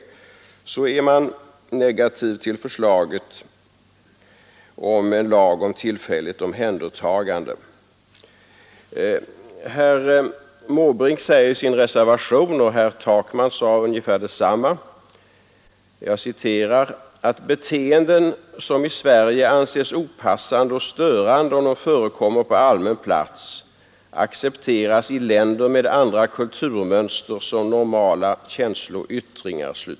Inom vpk så är man negativ till förslaget om en lag om tillfälligt omhändertagande. Herr Måbrink säger i sin reservation — och herr Takman sade ungefär detsamma — att beteenden ”som i Sverige anses opassande och störande om de förekommer på allmän plats accepteras i länder med andra kulturmönster som normala känsloyttringar”.